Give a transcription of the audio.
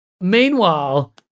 Meanwhile